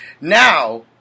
Now